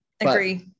agree